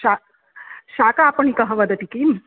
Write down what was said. शा शाकापणिकः वदति किम्